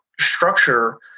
structure